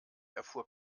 erfuhr